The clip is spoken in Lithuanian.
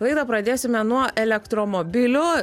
laidą pradėsime nuo elektromobilių